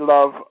Love